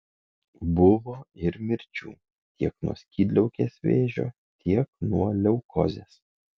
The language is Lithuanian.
buvo ir mirčių tiek nuo skydliaukės vėžio tiek nuo leukozės